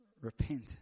Repent